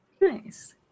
nice